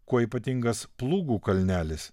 kuo ypatingas plūgų kalnelis